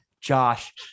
Josh